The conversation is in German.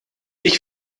ich